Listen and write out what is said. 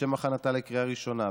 לשם הכנתה לקריאה ראשונה,